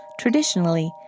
traditionally